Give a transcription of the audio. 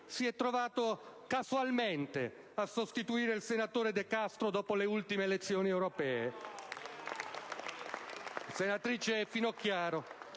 si è trovato "casualmente" a sostituire il senatore De Castro dopo le ultime elezioni europee. *(Applausi dai